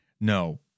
No